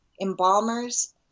embalmers